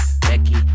Becky